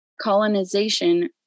colonization